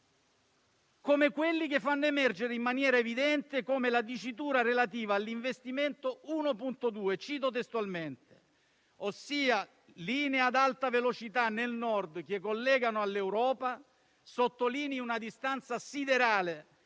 oggettivi e fanno emergere in maniera evidente come la dicitura relativa all'investimento 1.2, ossia - cito testualmente - «Linee ad alta velocità nel Nord che collegano all'Europa», sottolinei una distanza siderale